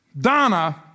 Donna